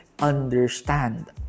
understand